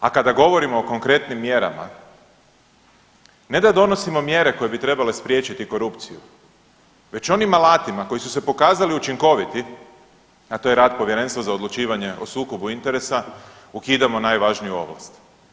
A kada govorimo o konkretnim mjerama ne da donosimo mjere koje bi trebale spriječiti korupciju već onim alatima koji su se pokazali učinkoviti, a to je rad Povjerenstva za odlučivanje o sukobu interesa, ukidamo najvažniju ovlast.